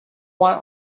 one